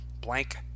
blank